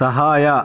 ಸಹಾಯ